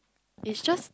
it's just